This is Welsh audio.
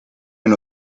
hyn